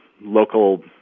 local